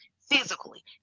physically